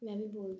ਮੈਂ ਵੀ ਬੋਲਦਾ